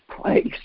place